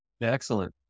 Excellent